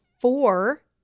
four